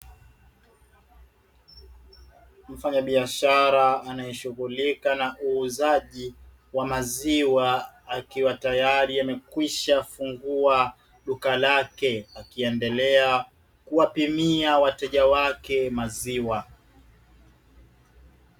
Mfanyabiashara anayeshughulika na uuzaji wa maziwa, akiwa tayari amekwisha fungua duka lake akiendelea kuwapimia wateja wake maziwa.